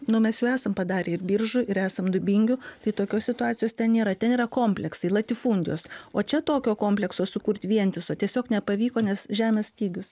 nu mes jau esam padarę ir biržų ir esam dubingių tai tokios situacijos ten nėra ten yra kompleksai latifundijos o čia tokio komplekso sukurt vientiso tiesiog nepavyko nes žemės stygius